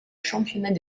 championnat